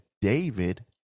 David